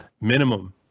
minimum